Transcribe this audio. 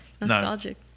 nostalgic